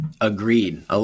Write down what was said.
Agreed